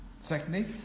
Secondly